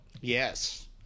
Yes